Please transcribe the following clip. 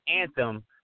anthem